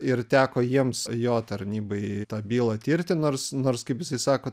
ir teko jiems jo tarnybai tą bylą tirti nors nors kaip jisai sako